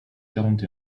quarante